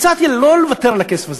הצעתי לא לוותר על הכסף הזה,